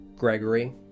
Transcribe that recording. Gregory